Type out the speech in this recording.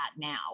now